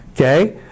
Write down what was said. okay